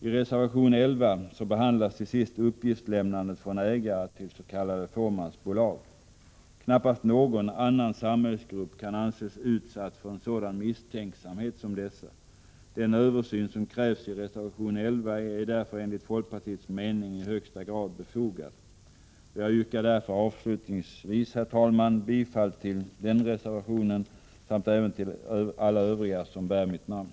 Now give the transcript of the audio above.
I reservation 11 behandlas till sist uppgiftslämnandet från ägare till s.k. fåmansbolag. Knappast någon annan samhällsgrupp kan anses utsatt för en sådan misstänksamhet som dessa. Den översyn som krävs i reservation 11 är därför enligt folkpartiets mening i högsta grad befogad. Jag yrkar avslutningsvis, herr talman, bifall till den reservationen samt även till alla övriga som bär mitt namn.